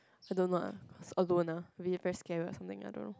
so don't know ah or don't ah will be very scared or something I don't know